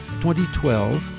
2012